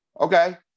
okay